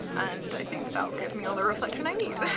and i think that will give me all the reflection i need!